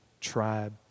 tribe